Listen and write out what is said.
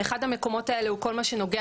אחד המקומות האלה הוא כל מה שנוגע